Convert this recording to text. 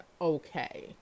okay